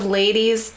ladies